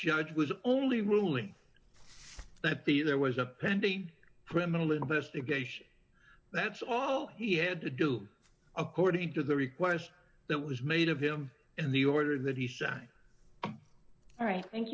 judge was only ruling that the there was a pending criminal investigation that's all he had to do according to the request that was made of him in the order that he shot him all right thank